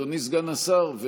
אדוני סגן השר,